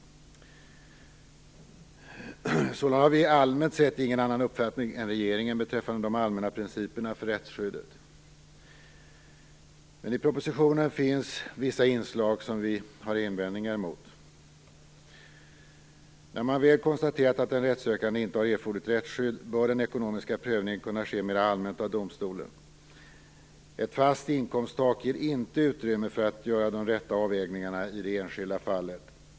Sålunda har vi allmänt sett ingen annan uppfattning än regeringen beträffande de allmänna principerna för rättsskyddet, men i propositionen finns vissa inslag som vi har invändningar emot. När man väl har konstaterat att en rättssökande inte har erforderligt rättsskydd bör den ekonomiska prövningen kunna ske mera allmänt av domstolen. Ett fast inkomsttak ger inte utrymme för att göra de rätta avvägningarna i det enskilda fallet.